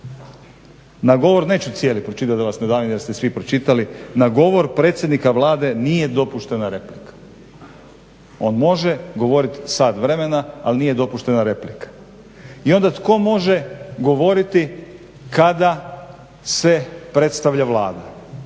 kaže govor neću cijeli pročitati da vas ne davim jer ste svi pročitali, "na govor predsjednika Vlade nije dopuštena replika". On može govoriti sat vremena, ali nije dopuštena replika. I onda tko može govoriti kada se predstavlja Vlada.